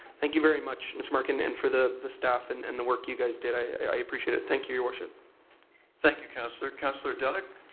thank you very much, mr. mark, and and for the the staff and and the work you guys did. i appreciate it. thank you, your worship. burton thank you, councillor. councillor duddeck?